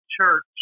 church